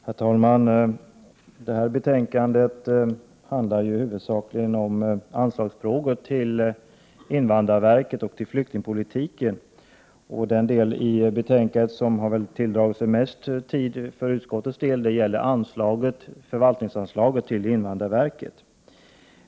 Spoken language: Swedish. Herr talman! Detta betänkande handlar huvudsakligen om anslag till invandrarverket och flyktingpolitiken. Den del av betänkandet som för utskottets del har tagit mest tid i anspråk gäller förvaltningsanslaget till invandrarverket.